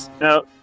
No